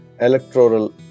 electoral